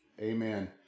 amen